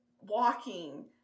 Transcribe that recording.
walking